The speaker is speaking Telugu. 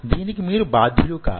దీనికి మీరు బాధ్యులు కారు